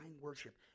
worship